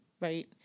right